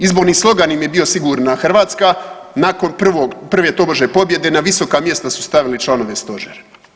Izborni slogan im je bio „Sigurna Hrvatska“, nakon prve tobože pobjede na visoka mjesta su stavili članove stožera.